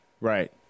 Right